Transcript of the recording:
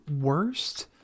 worst